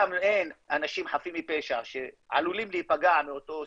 גם אין אנשים חפים מפשע שעלולים להיפגע מאותו סכסוך,